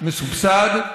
מסובסד.